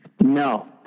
No